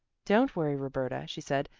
don't worry, roberta, she said.